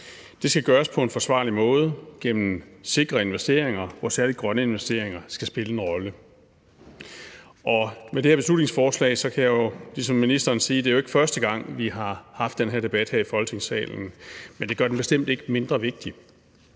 Det skal gøres på en forsvarlig måde gennem sikre investeringer, hvor særlig grønne investeringer skal spille en rolle. Med det her beslutningsforslag kan jeg jo ligesom ministeren sige, at det ikke er første gang, vi har haft den her debat i Folketingssalen, men det gør den bestemt ikke mindre vigtig.